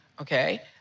Okay